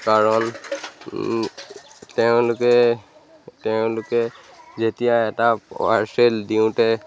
কাৰণ তেওঁলোকে তেওঁলোকে যেতিয়া এটা পাৰ্চেল দিওঁতে